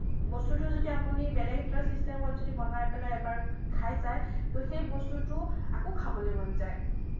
বস্তুটোতো যেতিয়া আপুনি বেলেগ এটা চিষ্টেমত যদি বনাই পেলাই এবাৰ খাই চায় ত' সেই বস্তুটো আকৌ খাবলৈ মন যায়